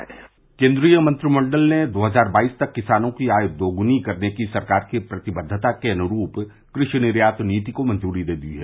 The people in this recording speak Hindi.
से से केन्द्रीय मंत्रिमंडल ने दो हजार बाईस तक किसानों की आय दोगुनी करने की सरकार की प्रतिबद्वता के अनुरूप क्रषि निर्यात नीति को मंजूरी दे दी है